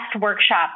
workshop